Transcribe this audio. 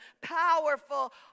powerful